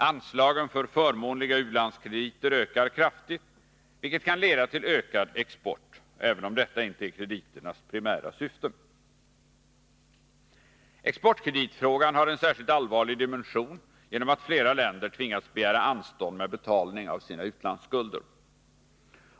Anslagen för förmånliga u-landskrediter ökar kraftigt, vilket kan leda till ökad export, även om detta inte är krediternas primära syfte. Exportkreditfrågan har en särskilt allvarlig dimension genom att flera länder tvingats begära anstånd med betalning av sina utlandsskulder.